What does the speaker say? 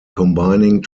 combining